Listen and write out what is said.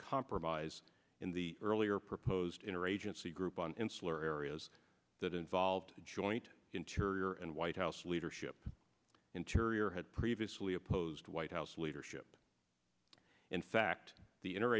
compromise in the earlier proposed interagency group on insular areas that involved joint interior and white house leadership interior had previously opposed white house leadership in fact the